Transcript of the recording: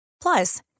Plus